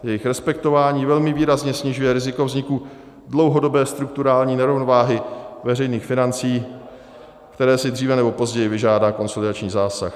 Jejich respektování velmi výrazně snižuje riziko vzniku dlouhodobé strukturální nerovnováhy veřejných financí, které si dříve nebo později vyžádá konsolidační zásah.